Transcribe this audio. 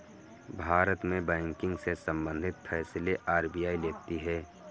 भारत में बैंकिंग से सम्बंधित फैसले आर.बी.आई लेती है